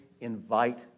invite